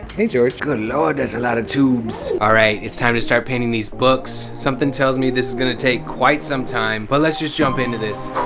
hey george good lord there's a lot of tubes alright, it's time to start painting these books something tells me this is gonna take quite some time but let's just jump into this